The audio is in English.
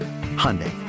Hyundai